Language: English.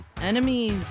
enemies